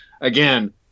again